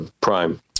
Prime